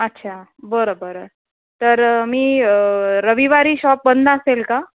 अच्छा बरं बरं तरं मी रविवारी शॉप बंद असेल का